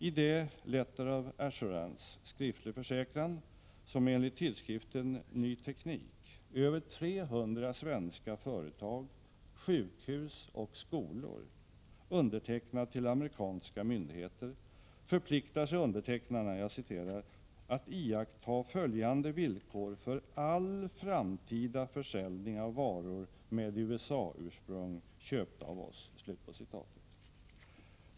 I det ”Letter of assurance” , som enligt tidskriften Ny Teknik över 300 svenska företag, sjukhus och skolor undertecknat, till amerikanska myndigheter förpliktar sig undertecknarna ”att iaktta följande villkor för all framtida försäljning av varor med USA-ursprung köpta av oss”.